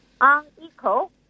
unequal